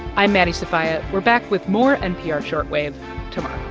i'm maddie sofia. we're back with more npr short wave tomorrow